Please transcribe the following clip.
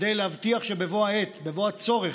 כדי להבטיח שבבוא העת, בבוא הצורך,